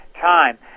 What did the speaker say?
time